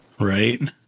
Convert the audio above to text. Right